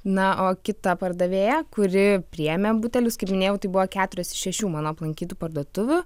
na o kita pardavėja kuri priėmė butelius kaip minėjau tai buvo keturios iš šešių mano aplankytų parduotuvių